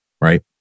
right